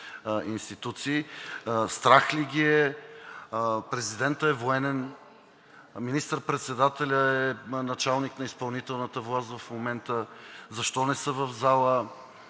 институции. Страх ли ги е – президентът е военен, министър-председателят е началник на изпълнителната власт в момента, защо не са в залата?